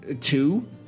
two